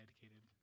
dedicated